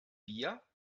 bier